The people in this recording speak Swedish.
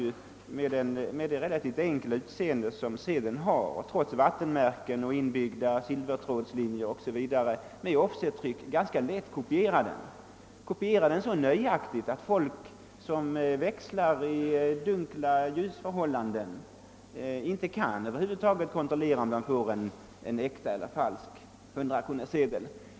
Med det relativt enkla utseende sedeln har och trots vattenmärken, inbyggda silvertrådslinjer o.s.v. kan man i dag med offsettryck ganska lätt kopiera dem så nöjaktigt, att folk som växlar i dunkla ljusförhållanden inte kan kontrollera, om de får en äkta eller falsk hundrakronorssedel.